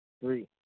Three